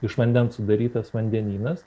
iš vandens sudarytas vandenynas